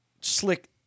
Slick